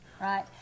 right